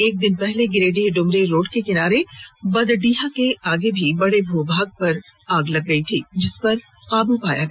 एक दिन पहले गिरिडीह डुमरी रॉड के किनारे बदडीहा के आगे भी बड़े भू भागे में आग लग गई थी जिसपर काबू पाया गया